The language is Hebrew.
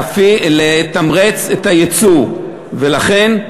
בא לתמרץ את היצוא, ולכן,